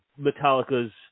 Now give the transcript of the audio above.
Metallica's